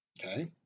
Okay